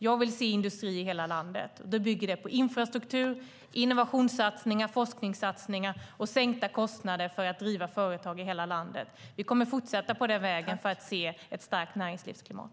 Jag vill se industri i hela landet. Det bygger på infrastruktur, innovationssatsningar, forskningssatsningar och sänkta kostnader för att driva företag i hela landet. Vi kommer att fortsätta på den vägen för att skapa ett starkt näringslivsklimat.